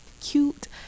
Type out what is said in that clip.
cute